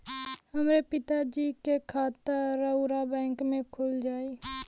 हमरे पिता जी के खाता राउर बैंक में खुल जाई?